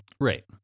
Right